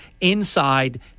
inside